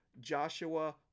Joshua